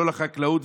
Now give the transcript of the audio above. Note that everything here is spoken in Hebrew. לא לחקלאות,